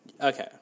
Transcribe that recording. Okay